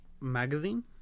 magazine